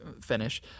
finish